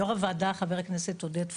יו"ר הוועדה, חבר הכנסת עודד פורר,